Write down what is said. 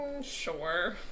sure